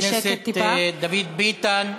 חבר הכנסת דוד ביטן.